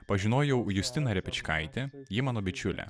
pažinojau justiną repečkaitę ji mano bičiulė